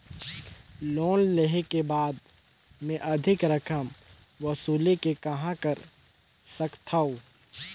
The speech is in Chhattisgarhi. लोन लेहे के बाद मे अधिक रकम वसूले के कहां कर सकथव?